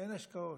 אין השקעות,